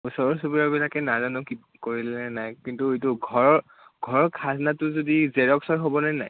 ওচৰ চুবুৰীয়াবিলাকে নাজানো কি কৰিলেে নাই কিন্তু এইটো ঘৰৰ ঘৰৰ খাজনাটো যদি জেৰক্সৰ হ'বনে নাই